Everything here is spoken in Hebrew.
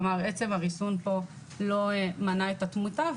כלומר עצם הריסון פה לא מנע את התמותה.